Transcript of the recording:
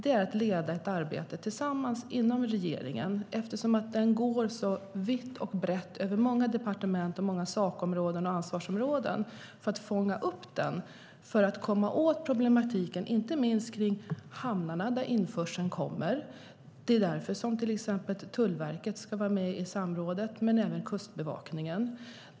Eftersom frågan går så vitt och brett över många departement, sakområden och ansvarsområden har jag lett ett arbete inom regeringen för att fånga upp och komma åt problematiken, inte minst kring hamnarna där införseln sker. Det är därför som till exempel Tullverket ska vara med i samrådet men även Kustbevakningen.